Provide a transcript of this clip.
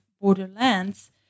borderlands